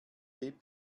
der